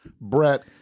Brett